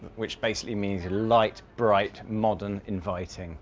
which basically means light, bright, modern, inviting